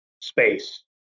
space